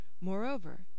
Moreover